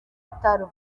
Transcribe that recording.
bitaro